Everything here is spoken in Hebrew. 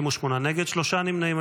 נגד, שלושה נמנעים.